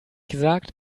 gesagt